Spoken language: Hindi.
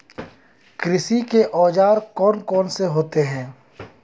कृषि के औजार कौन कौन से होते हैं?